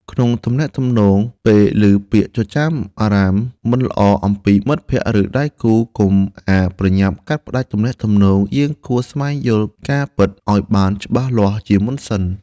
ក្នុងទំនាក់ទំនង ពេលឮពាក្យចចាមអារ៉ាមមិនល្អអំពីមិត្តភក្តិ ឬដៃគូ កុំអាលប្រញាប់កាត់ផ្តាច់ទំនាក់ទំនង យើងគួរស្វែងយល់ការពិតឲ្យបានច្បាស់លាស់ជាមុនសិន។